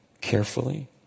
carefully